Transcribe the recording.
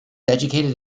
educated